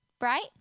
right